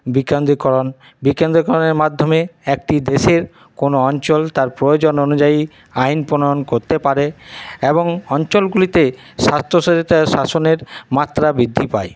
বিকেন্দ্রীকরণ বিকেন্দ্রীকরণের মাধ্যমে একটি দেশের কোনো অঞ্চল তার প্রয়োজন অনুযায়ী আইন প্রনয়ন করতে পারে এবং অঞ্চলগুলিতে স্বাস্থ্যকরিতা শাসনের মাত্রা বৃদ্ধি পায়